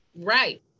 Right